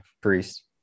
priest